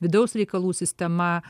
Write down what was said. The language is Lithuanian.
vidaus reikalų sistema